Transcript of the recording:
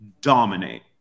dominate